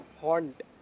haunt